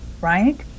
right